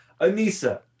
Anissa